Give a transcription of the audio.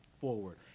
forward